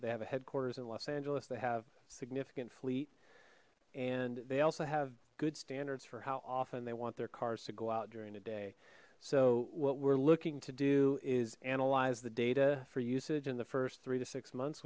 they have a headquarters in los angeles they have significant fleet and they also have good standards for how often they want their cars to go out during the day so what we're looking to do is analyze the data for usage in the first three to six months